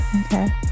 Okay